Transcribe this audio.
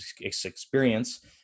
experience